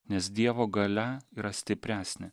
nes dievo galia yra stipresnė